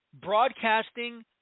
broadcasting